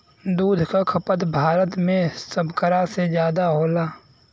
दूध क खपत भारत में सभकरा से जादा होला